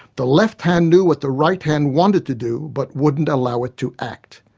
the left hand knew what the right hand wanted to do but wouldn't allow it to act.